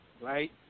right